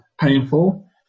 painful